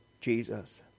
Jesus